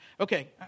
Okay